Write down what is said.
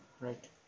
right